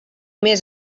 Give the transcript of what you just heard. més